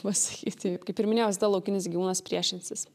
pasakyti kaip ir minėjau visada laukinis gyvūnas priešinsis